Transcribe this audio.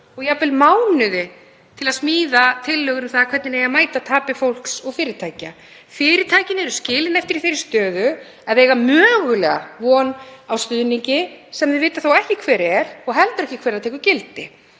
og jafnvel mánuði til að smíða tillögur um það hvernig eigi að mæta tapi fólks og fyrirtækja. Fyrirtækin eru skilin eftir í þeirri stöðu að eiga mögulega von á stuðningi sem þau vita þó ekki hver er og heldur ekki hvenær tekur gildi.